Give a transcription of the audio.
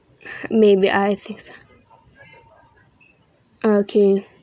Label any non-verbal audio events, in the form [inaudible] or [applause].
[breath] maybe I six okay